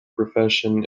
profession